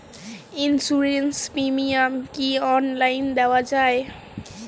Insurance premium কি online দেওয়া যায়?